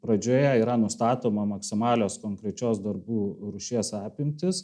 pradžioje yra nustatoma maksimalios konkrečios darbų rūšies apimtys